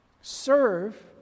Serve